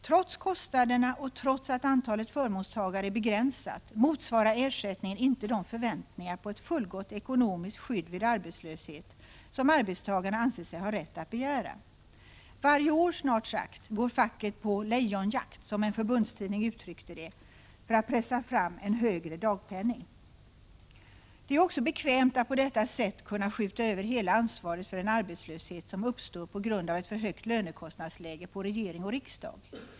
Trots kostnaderna och trots att antalet förmånstagare är begränsat, motsvarar ersättningen inte de förväntningar på ett fullgott ekonomiskt skydd vid arbetslöshet som arbetstagarna anser sig ha rätt att begära. Varje år, snart sagt, går facket på Leijonjakt — som en förbundstidning uttryckte det — för att pressa fram en högre dagpenning. Det är ju också bekvämt att på detta sätt kunna skjuta över hela ansvaret för den arbetslöshet som uppstår på grund av ett för högt lönekostnadsläge på regering och riksdag.